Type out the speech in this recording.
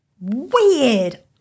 weird